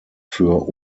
für